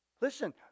Listen